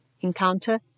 encounter